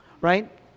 right